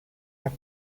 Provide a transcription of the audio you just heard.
our